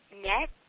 net